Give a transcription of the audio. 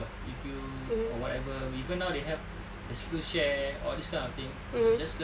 youtube or whatever even now they have screenshare all these kind of things which you just learn